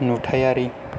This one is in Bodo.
नुथायारि